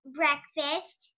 breakfast